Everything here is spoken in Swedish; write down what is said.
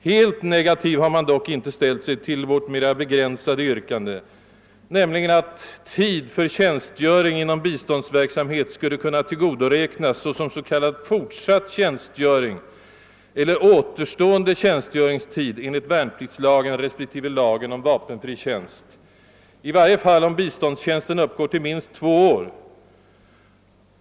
Helt nega tiv har man dock inte ställt sig till vårt mer begränsade yrkande att tid för tjänstgöring inom <biståndsverksamhet skulle kunna tillgodoräknas såsom s.k. fortsatt tjänstgöring eiler återstående tjänstgöringstid enligt värnpliktslagen respektive lagen om vapenfri tjänst, i varje fall om biståndstjänsten uppgår till minst två år.